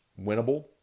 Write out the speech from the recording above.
winnable